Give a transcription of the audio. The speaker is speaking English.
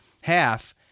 half